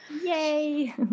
Yay